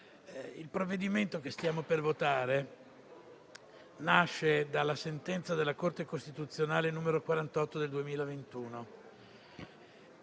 Il provvedimento che stiamo per votare nasce dalla sentenza della Corte costituzionale n. 48 del 2021,